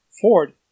Ford